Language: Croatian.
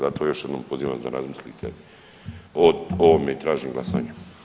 Zato još jednom pozivam da razmislite o ovome i tražim glasanje.